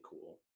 cool